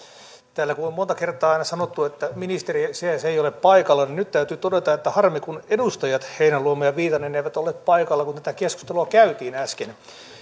täällä kun on monta kertaa aina sanottu että ministeri se ja se ei ole paikalla niin nyt täytyy todeta että harmi kun edustajat heinäluoma ja viitanen eivät olleet paikalla kun tätä keskustelua käytiin äsken